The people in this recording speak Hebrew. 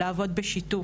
לעבוד בשיתוף.